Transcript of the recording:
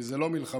כי זה לא מלחמה,